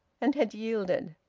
and had yielded.